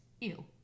Ew